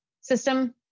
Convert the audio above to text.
system